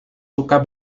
suka